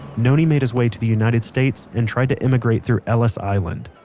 noni made his way to the united states and tried to immigrate through ellis island.